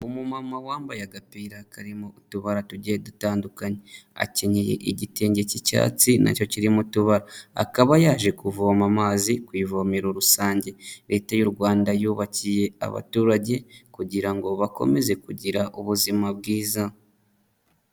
Umumama wambaye agapira karimo utubara tugiye dutandukanye, akenyeye igitenge cy'icyatsi nacyo kirimo utubara, akaba yaje kuvoma amazi ku ivomero rusange. Leta y'u Rwanda yubakiye abaturage kugira ngo bakomeze kugira ubuzima bwiza.